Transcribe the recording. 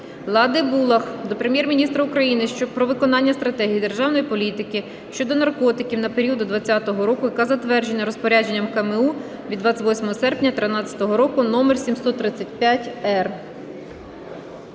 Лади Булах до Прем'єр-міністра України про виконання Стратегії державної політики щодо наркотиків на період до 2020 року, яка затверджена Розпорядженням КМУ від 28 серпня 2013 року № 735-р.